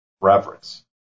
reverence